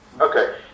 Okay